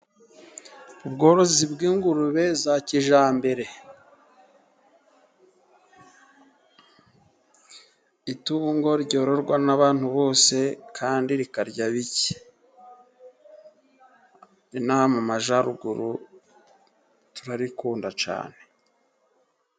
Ubworozi bw'ingurube za kijyambere. Itungo ryororwa n'abantu bose kandi rikarya bike. Inaha mu majyaruguru turarikunda cyane.